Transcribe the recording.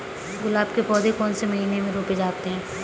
गुलाब के पौधे कौन से महीने में रोपे जाते हैं?